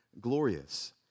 glorious